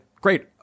great